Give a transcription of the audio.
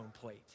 plate